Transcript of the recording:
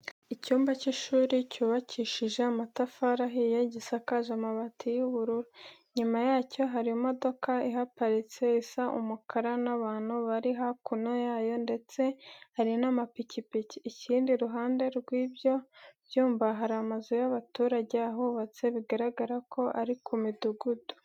Icyumba cy'ishuri cyubakishije amatafari ahiye, gisakaje amabati y'ubururu. Inyuma yacyo hari imodoka ihaparitse isa umukara n'abantu bari hakuno yayo ndetse hari n'amapikipiki. Ikindi iruhande rw'ibyo byumba hari amazu y'abaturage ahubatse, bigaragara ko ari ku mudugudu.